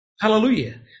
Hallelujah